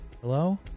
Hello